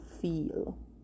feel